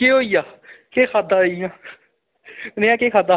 केह् होई गेआ केह् खाद्धा इ'यां नेहा केह् खाद्धा